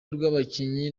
rw’abakinnyi